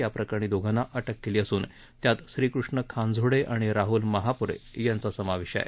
याप्रकरणी दोघांना अटक केली असून त्यात श्रीकृष्ण खानझोडे आणि राहूल माहाप्रे यांचा समावेश आहे